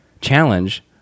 challenge